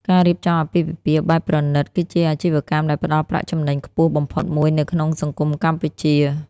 ការរៀបចំអាពាហ៍ពិពាហ៍បែបប្រណីត គឺជាអាជីវកម្មដែលផ្តល់ប្រាក់ចំណេញខ្ពស់បំផុតមួយនៅក្នុងសង្គមកម្ពុជា។